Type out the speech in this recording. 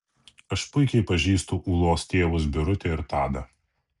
aš puikiai pažįstu ūlos tėvus birutę ir tadą